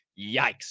Yikes